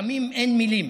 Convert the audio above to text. לפעמים אין מילים.